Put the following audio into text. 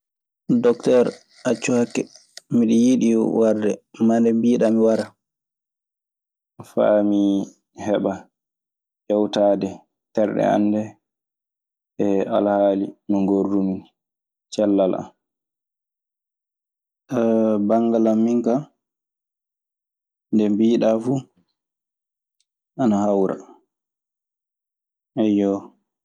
"Docteer, accu hakke, miɗe yiɗi warde. Mande mbiiɗaa mi wara. Faa mi heɓa hewtaade terɗe an ɗee e alhaali no ngoordumi nii. Cellal an. Banngal an min ka, nde mbiiɗaa fu ana hawra. Eyyoo."